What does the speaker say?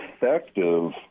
effective